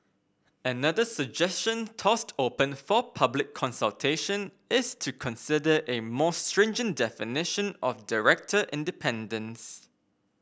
another suggestion tossed open for public consultation is to consider a more stringent definition of director independence